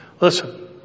Listen